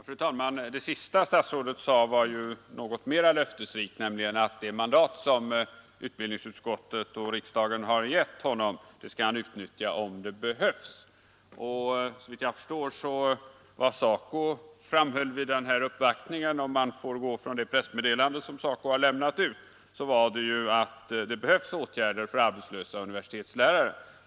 Fru talman! Det som statsrådet sade sist i sitt anförande var något mer löftesrikt, nämligen att han om det behövs skall utnyttja det mandat som utbildningsutskottet och riksdagen har gett honom. Vad SACO framhöll vid den nämnda uppvaktningen var — om man går efter det pressmeddelande SACO lämnat ut — att det behövs åtgärder för arbetslösa universitetslärare.